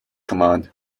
command